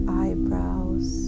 eyebrows